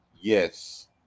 Yes